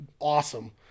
awesome